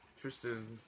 Tristan